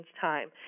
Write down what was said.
time